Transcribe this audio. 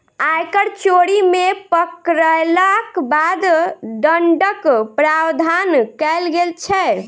आयकर चोरी मे पकड़यलाक बाद दण्डक प्रावधान कयल गेल छै